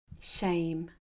shame